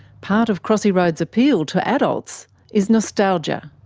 part of crossy road's appeal to adults is nostalgia.